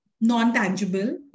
non-tangible